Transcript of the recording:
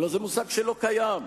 הלוא זה מושג שלא קיים,